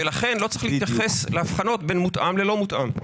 לכן לא צריך להתייחס להבנות בין מותאם ללא מותאם.